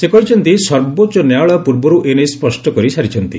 ସେ କହିଛନ୍ତି ସର୍ବୋଚ୍ଚ ନ୍ୟାୟାଳୟ ପୂର୍ବରୁ ଏ ନେଇ ସ୍ୱଷ୍ଟ କରିସାରିଛନ୍ତି